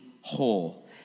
whole